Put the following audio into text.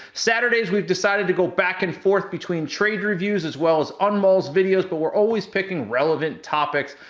saturdays, we've decided to go back and forth between trade reviews as well as anmol's videos, but we're always picking relevant topics,